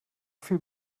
viel